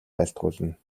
айлтгуулна